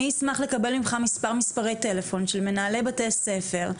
אני אשמח לקבל ממך מס' מספרי טלפון של מנהלי בתי ספר,